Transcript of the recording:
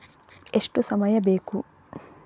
ಎಷ್ಟು ಸಮಯ ಬೇಕು?